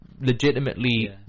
legitimately